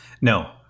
No